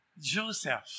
Joseph